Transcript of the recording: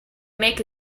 make